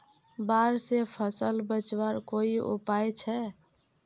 बाढ़ से फसल बचवार कोई उपाय छे?